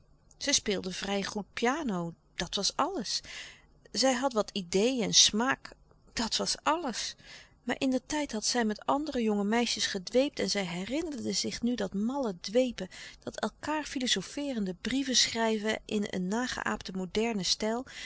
zij speelde vrij goed piano dat was alles zij had wat idee en smaak dat was alles maar indertijd had zij met andere jonge meisjes gedweept en zij herinnerde zich nu dat malle dwepen dat elkaâr filozofeerende brieven schrijven in een nageaapten modernen stijl